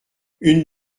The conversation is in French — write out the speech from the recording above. une